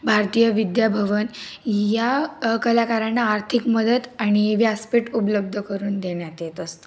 भारतीय विद्याभवन या कलाकारांना आर्थिक मदत आणि व्यासपीठ उपलब्ध करून देण्यात येत असतं